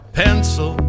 pencil